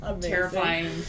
Terrifying